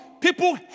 people